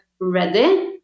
ready